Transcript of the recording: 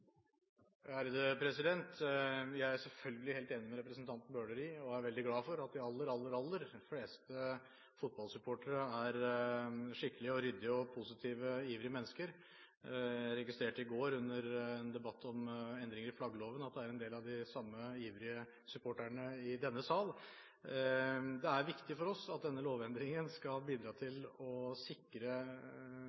Jeg er selvfølgelig helt enig med representanten Bøhler i – og er veldig glad for – at de aller, aller fleste fotballsupportere er skikkelige, ryddige, positive og ivrige mennesker. Jeg registrerte i går under en debatt om endringer i flaggloven at det er en del av de samme ivrige supporterne i denne sal. Formålet med en slik lovendring vil være at